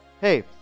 hey